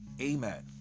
Amen